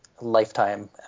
lifetime